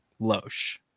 Loesch